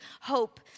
hope